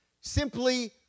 simply